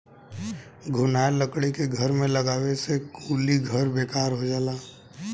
घुनाएल लकड़ी के घर में लगावे से कुली घर बेकार हो जाला